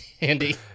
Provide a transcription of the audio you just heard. Andy